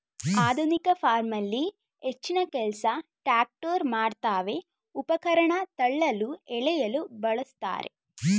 ಆಧುನಿಕ ಫಾರ್ಮಲ್ಲಿ ಹೆಚ್ಚಿನಕೆಲ್ಸ ಟ್ರ್ಯಾಕ್ಟರ್ ಮಾಡ್ತವೆ ಉಪಕರಣ ತಳ್ಳಲು ಎಳೆಯಲು ಬಳುಸ್ತಾರೆ